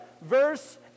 Verse